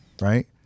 right